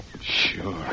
Sure